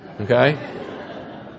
Okay